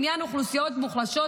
לעניין אוכלוסיות מוחלשות,